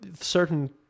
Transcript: certain